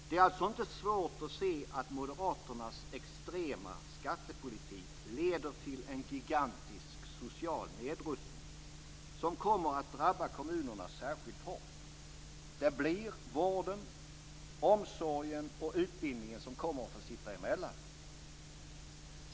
Det är alltså inte svårt att se att moderaternas extrema skattepolitik leder till en gigantisk social nedrustning, som kommer att drabba kommunerna särskilt hårt. Det blir vården, omsorgen och utbildningen som kommer att få sitta emellan.